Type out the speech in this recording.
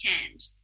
hand